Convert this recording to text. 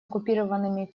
оккупированными